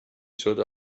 sought